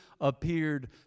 appeared